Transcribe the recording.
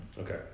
Okay